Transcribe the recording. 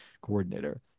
coordinator